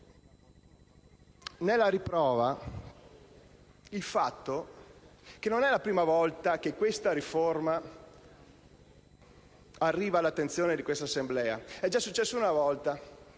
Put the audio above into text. Ne è la riprova il fatto che non è la prima volta che questa riforma arriva all'attenzione di questa Assemblea. È già successo una volta,